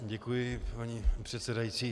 Děkuji, paní předsedající.